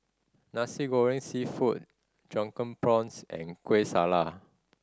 Nasi Goreng Seafood Drunken Prawns and Kueh Salat